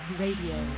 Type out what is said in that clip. radio